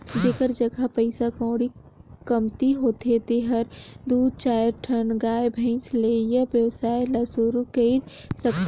जेखर जघा पइसा कउड़ी कमती होथे तेहर दू चायर ठन गाय, भइसी ले ए वेवसाय ल सुरु कईर सकथे